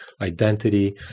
identity